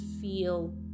feel